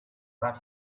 but